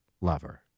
lover